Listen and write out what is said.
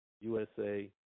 USA